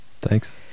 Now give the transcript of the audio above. thanks